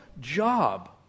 job